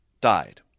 died